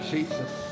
Jesus